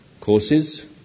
courses